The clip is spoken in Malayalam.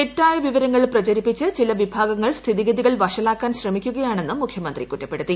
തെറ്റായ വിവരങ്ങൾ പ്രചരിപ്പിച്ച് ചില വിഭാഗ്രങ്ങൾ സ്ഥിതിഗതികൾ വഷളാക്കാൻ ശ്രമിക്കുകയാണെന്നും മുഖ്യമാത്തി കുറ്റപ്പെടുത്തി